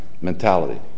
mentality